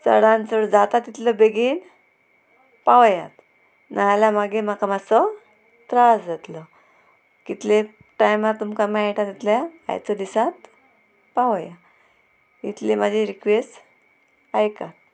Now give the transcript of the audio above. चडान चड जाता तितले बेगीन पावयात ना जाल्यार मागीर म्हाका मातसो त्रास जातलो कितले टायमार तुमकां मेळटा तितल्या आयचो दिसात पावया इतली म्हाजी रिक्वेस्ट आयकात